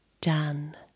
done